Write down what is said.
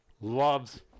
loves